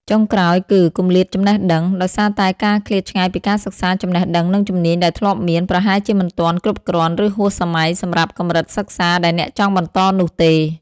ចុងក្រោយ គឺ គម្លាតចំណេះដឹង ដោយសារតែការឃ្លាតឆ្ងាយពីការសិក្សា ចំណេះដឹង និងជំនាញដែលធ្លាប់មាន ប្រហែលជាមិនទាន់គ្រប់គ្រាន់ ឬហួសសម័យសម្រាប់កម្រិតសិក្សាដែលអ្នកចង់បន្តនោះទេ។